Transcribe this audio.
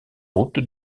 route